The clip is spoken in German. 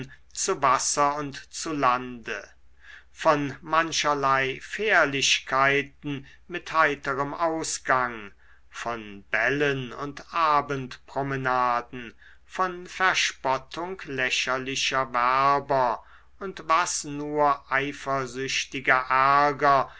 zu wasser und zu lande von mancherlei fährlichkeiten mit heiterem ausgang von bällen und abendpromenaden von verspottung lächerlicher werber und was nur eifersüchtiger ärger